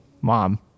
Mom